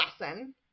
lesson